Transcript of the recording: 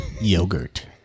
Yogurt